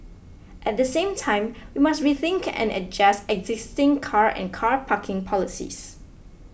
at the same time we must rethink and adjust existing car and car parking policies